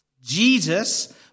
Jesus